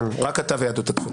כן, רק אתה ויהדות התפוצות.